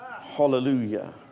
Hallelujah